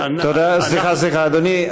אנחנו, סליחה, אדוני.